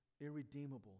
irredeemable